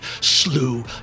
slew